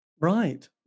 right